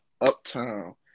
uptown